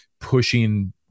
pushing